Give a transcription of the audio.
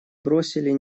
бросили